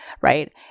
right